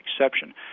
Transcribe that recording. exception